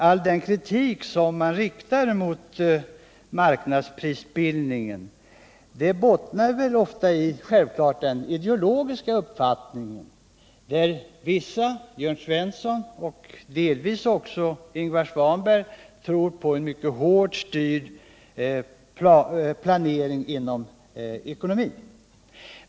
All den kritik som man riktar mot marknadsprisbildningen bottnar självklart ofta i den ideologiska uppfattningen. Vissa personer, t.ex. Jörn Svensson och delvis även Ingvar Svanberg, tror på en mycket hårt styrd planering inom ekonomin.